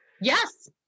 Yes